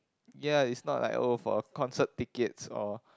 ya it's not like oh for a concert tickets or